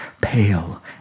pale